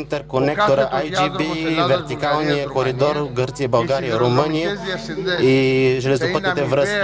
интерконектора IGB, по вертикалния коридор Гърция – България – Румъния, и железопътните връзки,